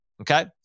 okay